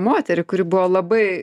moterį kuri buvo labai